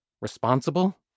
Responsible